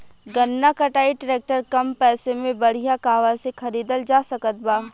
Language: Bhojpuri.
गन्ना कटाई ट्रैक्टर कम पैसे में बढ़िया कहवा से खरिदल जा सकत बा?